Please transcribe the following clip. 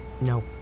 No